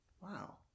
Wow